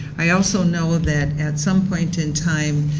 i also know ah that at some point in time,